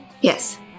yes